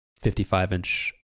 55-inch